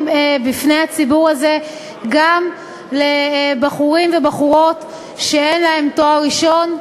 בפני הציבור הזה גם לבחורים ובחורות שאין להם תואר ראשון.